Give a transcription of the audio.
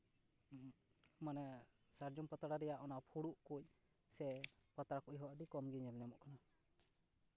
ᱢᱟᱱᱮ ᱥᱟᱨᱡᱚᱢ ᱯᱟᱛᱲᱟ ᱨᱮᱭᱟᱜ ᱚᱱᱟ ᱯᱷᱩᱲᱩᱜ ᱠᱚ ᱥᱮ ᱯᱟᱛᱲᱟ ᱠᱚᱦᱚᱸ ᱟᱹᱰᱤ ᱠᱚᱢᱜᱮ ᱧᱮᱞ ᱧᱟᱢᱚᱜ ᱠᱟᱱᱟ